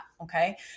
Okay